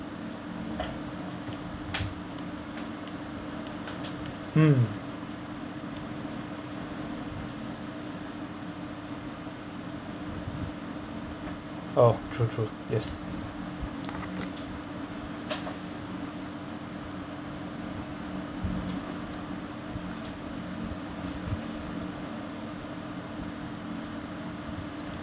mm oh true true yes